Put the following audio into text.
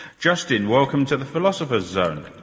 justin, welcome to the philosopher's zone.